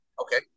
Okay